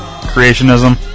creationism